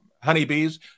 honeybees